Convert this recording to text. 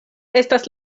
estas